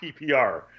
PPR